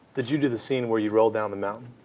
did you do the scene where you roll down the mountain?